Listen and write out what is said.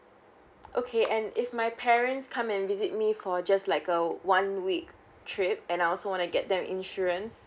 okay and if my parents come and visit me for just like a one week trip and I also wanna get them insurance